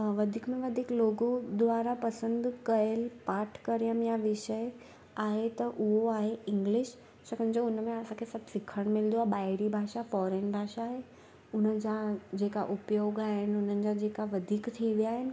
वधीक में वधीक लोगो द्वारा पसंदि कयल पाठकरम या विषय आहे त उहो आहे इंग्लिश छाकाणि जो हुनमें असांखे सभु सिखण मिलंदो आहे ॿाहिरी भाषा फॉरेन भाषा आहे उन जा जेका उपयोग आहिनि उन्हनि जा जेका वधीक थी विया आहिनि